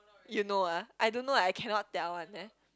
you know ah I don't know I cannot tell one eh